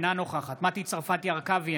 אינה נוכחת מטי צרפתי הרכבי,